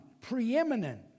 preeminent